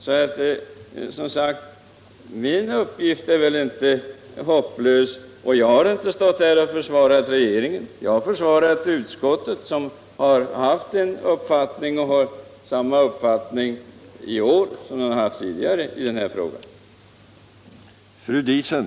Min uppgift är därför som sagt inte hopplös. Jag har inte heller stått här och försvarat regeringen, utan jag har talat för utskottet, som har haft en uppfattning tidigare och som har samma uppfattning i år i den här frågan.